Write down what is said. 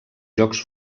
jocs